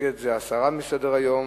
נגד זה הסרה מסדר-היום.